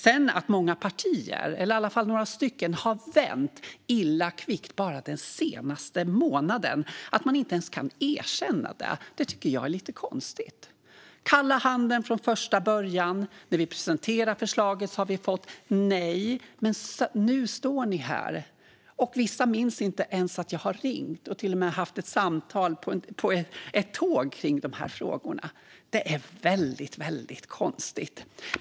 Sedan har många partier, eller i alla fall några stycken, vänt illa kvickt bara den senaste månaden. Att man inte ens kan erkänna det tycker jag är lite konstigt. Kalla handen gavs från första början. När vi presenterade förslaget fick vi nej, men nu står ni här, och vissa minns inte ens att jag har ringt och till och med haft ett samtal på ett tåg om de här frågorna. Det är väldigt konstigt.